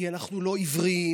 כי אנחנו לא עיוורים,